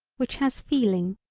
which has feeling,